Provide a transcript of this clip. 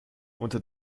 unter